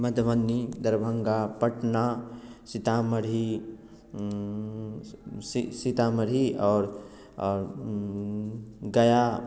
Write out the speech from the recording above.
मधुबनी दरभंगा पटना सीतामढ़ी सि सीतामढ़ी और और गया